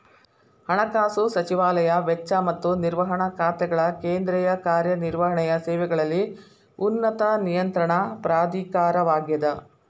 ಹಣಕಾಸು ಸಚಿವಾಲಯ ವೆಚ್ಚ ಮತ್ತ ನಿರ್ವಹಣಾ ಖಾತೆಗಳ ಕೇಂದ್ರೇಯ ಕಾರ್ಯ ನಿರ್ವಹಣೆಯ ಸೇವೆಗಳಲ್ಲಿ ಉನ್ನತ ನಿಯಂತ್ರಣ ಪ್ರಾಧಿಕಾರವಾಗ್ಯದ